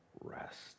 rest